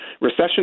Recession